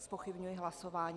Zpochybňuji hlasování.